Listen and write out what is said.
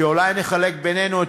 שאולי נחלק בינינו,